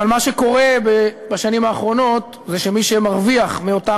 אבל מה שקורה בשנים האחרונות זה שמי שמרוויח מאותם